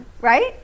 Right